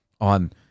on